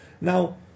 Now